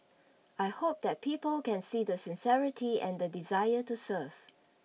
I hope that people can see the sincerity and the desire to serve